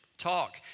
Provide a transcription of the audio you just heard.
talk